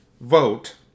vote